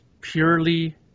purely